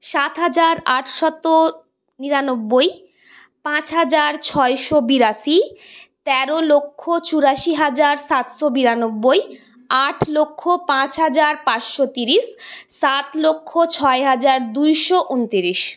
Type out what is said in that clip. সাত হাজার আটশত নিরানব্বই পাঁচ হাজার ছয়শো বিরাশি তেরো লক্ষ চুরাশি হাজার সাতশো বিরানব্বই আট লক্ষ পাঁচ হাজার পাঁচশো তিরিশ সাত লক্ষ ছয় হাজার দুইশো উনতিরিশ